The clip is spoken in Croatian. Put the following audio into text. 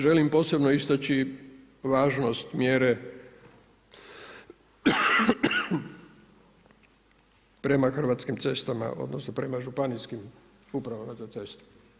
Želim posebno istaći važnost mjere prema Hrvatskim cestama, odnosno prema Županijskim upravama za ceste.